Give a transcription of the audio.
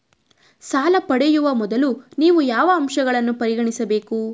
ಸಾಲ ಪಡೆಯುವ ಮೊದಲು ನೀವು ಯಾವ ಅಂಶಗಳನ್ನು ಪರಿಗಣಿಸಬೇಕು?